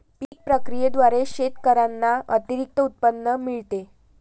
पीक प्रक्रियेद्वारे शेतकऱ्यांना अतिरिक्त उत्पन्न मिळते